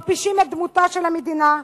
מכפישים את דמותה של המדינה,